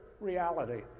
reality